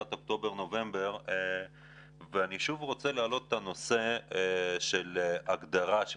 אני שוב רוצה להעלות את הנושא של ההגדרה של